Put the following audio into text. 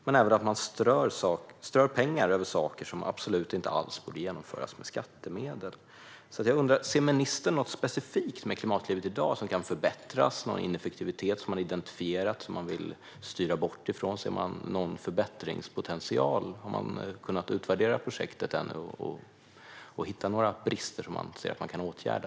Man strör pengar även över sådant som absolut inte alls borde genomföras med skattemedel. Jag undrar: Ser ministern något specifikt med Klimatklivet i dag som kan förbättras? Har man identifierat någon ineffektivitet som man vill styra bort ifrån? Ser man någon förbättringspotential? Har man kunnat utvärdera projektet ännu och hittat några brister som man kan åtgärda?